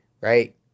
right